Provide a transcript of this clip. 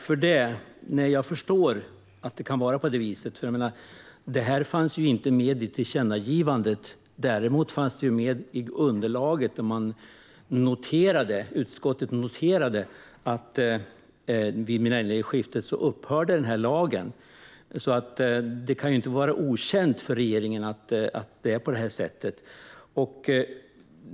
Fru talman! Jag förstår att det kan vara på det viset. Det här fanns ju inte med i tillkännagivandet. Däremot fanns det med i underlaget, där utskottet noterade att den här lagen upphörde vid millennieskiftet. Det kan alltså inte vara okänt för regeringen att det är på det här sättet.